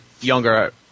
younger